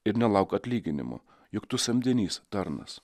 ir nelauk atlyginimų juk tu samdinys tarnas